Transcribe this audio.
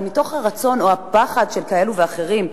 אבל הרצון או הפחד של כאלה ואחרים,